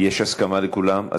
יש הסכמה של כולם?